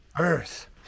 Earth